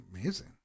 Amazing